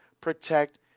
protect